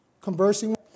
conversing